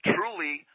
Truly